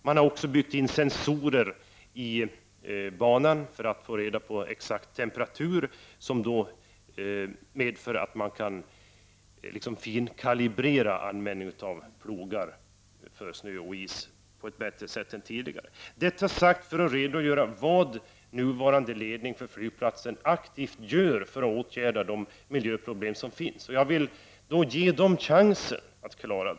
Man har också byggt in sensorer i banan för att få reda på exakt temperatur, vilket medför att man kan finkalibrera användningen av snöoch isplogar på ett bättre sätt än tidigare. Allt detta har jag sagt för att redogöra vad nuvarande flygplatsledning aktivt gör för att åtgärda de miljöproblem som finns där. Jag vill gärna ge den denna chans.